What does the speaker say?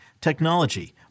technology